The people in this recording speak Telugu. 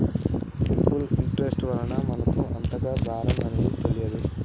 సింపుల్ ఇంటరెస్ట్ వలన మనకు అంతగా భారం అనేది తెలియదు